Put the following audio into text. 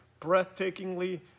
breathtakingly